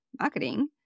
marketing